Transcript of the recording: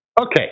Okay